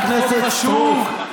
אלא הפלת חוק חשוב,